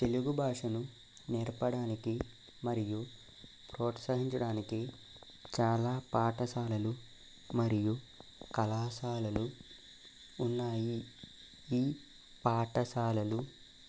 తెలుగు భాషను నేర్పడానికి మరియు ప్రోత్సహించడానికి చాలా పాఠశాలలు మరియు కళాశాలలు ఉన్నాయి ఈ పాఠశాలలు